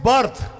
Birth